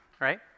right